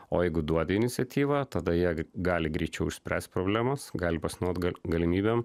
o jeigu duodi iniciatyvą tada jie gali greičiau išspręst problemas gali pasinaudot galimybėm